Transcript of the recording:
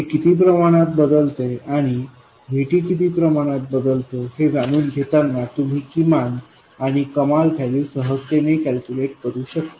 हे किती प्रमाणात बदलते आणि VT किती प्रमाणात बदलतो हे जाणून घेताना तुम्ही किमान आणि कमाल व्हॅल्यू सहजतेने कॅलकुलेट करू शकता